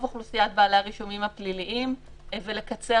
אוכלוסיית בעלי הרישומים הפליליים ולקצר